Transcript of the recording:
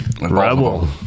Rebel